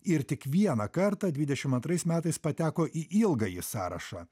ir tik vieną kartą dvidešimt antrais metais pateko į ilgąjį sąrašą